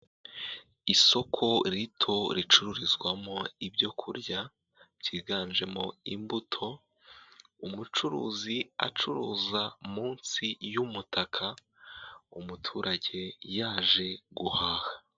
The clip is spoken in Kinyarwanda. Isoko rito ricururizwamo ibyo kurya byiganjemo imbuto, umucuruzi acuruza munsi y'umutaka, umuturage yaje guhaha.